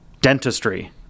dentistry